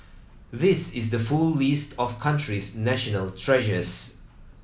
this is the full list of the country's national treasures